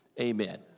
amen